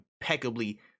impeccably